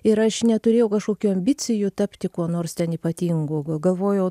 ir aš neturėjau kažkokių ambicijų tapti kuo nors ten ypatingu galvojau